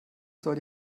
sollte